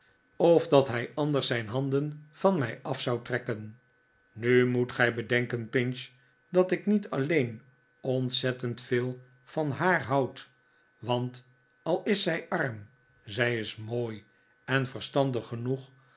of dat hij anders zijn handen van mij af zou trekken nu moet gij bedenken pinch dat ik niet alleen ontzettend veel van haar houd want al is zij arm zij is mooi en verstandig genoeg